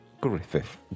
Griffith